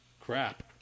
Crap